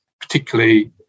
particularly